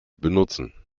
benutzen